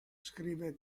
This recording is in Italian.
scrive